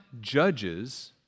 judges